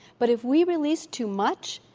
but if we release too much,